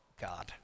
God